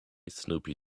snoopy